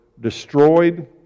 destroyed